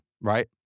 right